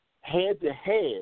head-to-head